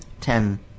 ten